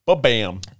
bam